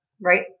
right